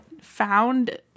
found